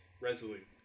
Resolute